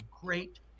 great